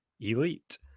ELITE